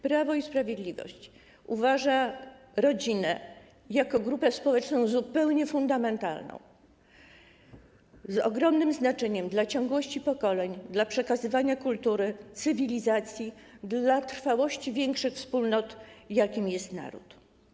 Prawo i Sprawiedliwość uważa rodzinę za grupę społeczną zupełnie fundamentalną, o ogromnym znaczeniu dla ciągłości pokoleń, dla przekazywania kultury, cywilizacji, dla trwałości większej wspólnoty, jaką jest naród.